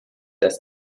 dass